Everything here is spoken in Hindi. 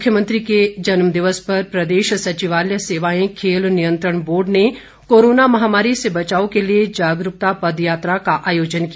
मुख्यमंत्री के जन्म दिवस पर प्रदेश संबिवालय सेवाएं खेल नियंत्रण बोर्ड ने कोरोना महामारी से बचाव के लिए जागरूकता पदयात्रा का आयोजन किया